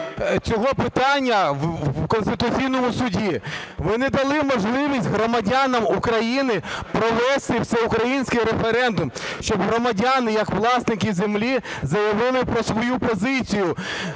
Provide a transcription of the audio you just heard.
цього питання в Конституційному Суді, ви не дали можливість громадянам України провести всеукраїнський референдум, щоб громадяни, як власники землі, заявили про свою позицію.